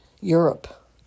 Europe